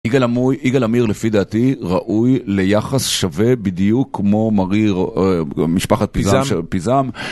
יגאל עמיר לפי דעתי ראוי ליחס שווה בדיוק כמו מריר משפחת פיזם